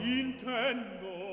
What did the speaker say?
intendo